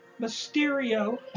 Mysterio